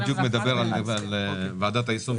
שם מדובר על ועדת היישום,